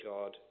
God